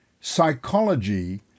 Psychology